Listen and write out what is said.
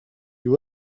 you